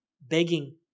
begging